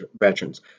veterans